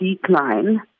decline